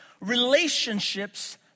relationships